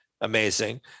amazing